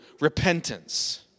repentance